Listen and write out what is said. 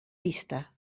vista